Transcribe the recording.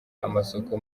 amasoko